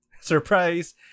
surprise